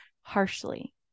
harshly